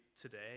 today